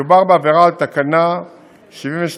מדובר בעבירה על תקנה 72(א)(16)